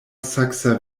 saksa